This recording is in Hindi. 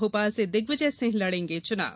भोपाल से दिग्विजय सिंह लड़ेंगे चुनाव